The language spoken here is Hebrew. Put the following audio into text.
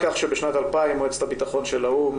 בשנת 2000 מועצת הביטחון של האו"ם,